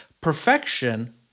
Perfection